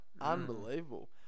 Unbelievable